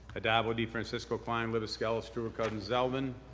addabbo, defrancisco, klein, libous, skelos, stewart-cousins, zeldin.